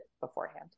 beforehand